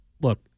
look